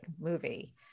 movie